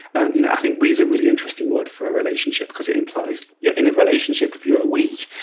and you know i think we is a really interesting word for a relationship, because it implies you're in a relationship if you're a we,